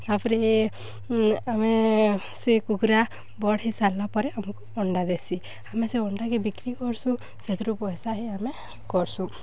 ତା'ପରେ ଆମେ ସେ କୁକ୍ଡ଼ା ବଡ଼୍ ହେଇସାର୍ଲେ ପରେ ଆମ୍କୁ ଅଣ୍ଡା ଦେସି ଆମେ ସେ ଅଣ୍ଡାକେ ବିକ୍ରି କର୍ସୁଁ ସେଥିରୁ ପଏସା ହିଁ ଆମେ କର୍ସୁଁ